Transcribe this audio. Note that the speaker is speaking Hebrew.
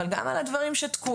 אבל גם על הדברים שתקועים,